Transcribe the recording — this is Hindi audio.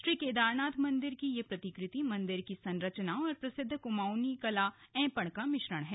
श्री केदारनाथ मंदिर की यह प्रतिकृति मन्दिर की संरचना और प्रसिद्ध क्माऊंनी कला ऐपण का मिश्रण है